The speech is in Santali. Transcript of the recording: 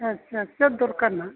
ᱟᱪᱪᱷᱟ ᱟᱪᱪᱷᱟ ᱪᱮᱫ ᱫᱚᱨᱠᱟᱨ ᱦᱟᱜ